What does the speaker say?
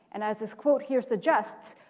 and as this quote here suggests,